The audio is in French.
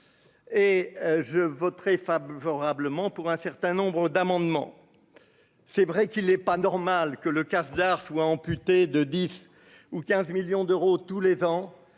et je voterai favorablement pour un certain nombre d'amendements, c'est vrai qu'il est pas normal que le casse d'art soit amputée de 10 ou 15 millions d'euros tous les ans,